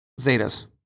Zetas